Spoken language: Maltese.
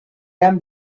hemm